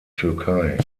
türkei